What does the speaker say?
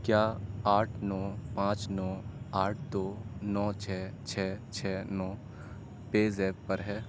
کیا آٹھ نو پانچ نو آٹھ دو نو چھ چھ چھ نو پے زیپ پر ہے